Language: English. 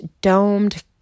domed